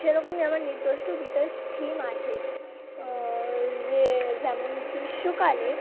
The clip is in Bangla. সেরকমই আমার নির্দিষ্ট থিম আছে যে যেমন গ্রীষ্মকালে